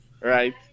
right